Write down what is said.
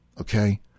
okay